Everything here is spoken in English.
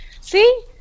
See